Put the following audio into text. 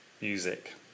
music